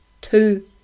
two